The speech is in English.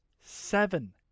seven